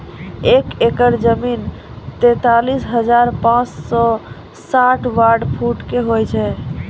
एक एकड़ जमीन, तैंतालीस हजार पांच सौ साठ वर्ग फुटो के होय छै